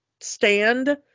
stand